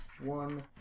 one